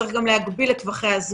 צריך גם להגביל את טווחי הזמן